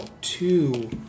two